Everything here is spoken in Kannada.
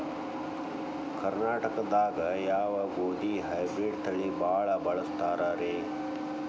ಕರ್ನಾಟಕದಾಗ ಯಾವ ಗೋಧಿ ಹೈಬ್ರಿಡ್ ತಳಿ ಭಾಳ ಬಳಸ್ತಾರ ರೇ?